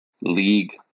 league